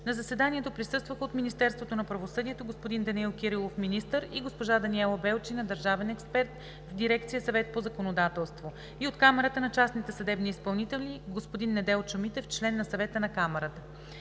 На заседанието присъстваха: от Министерството на правосъдието – господин Данаил Кирилов – министър, и госпожа Даниела Белчина – държавен експерт в дирекция „Съвет по законодателство“; и от Камарата на частните съдебни изпълнители – господин Неделчо Митев – член на Съвета на Камарата.